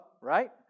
right